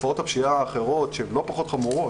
מתופעות הפשיעה האחרות שהן לא פחות חמורות.